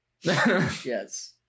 Yes